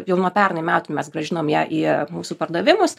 jau nuo pernai metų mes grąžinom ją į mūsų pardavimus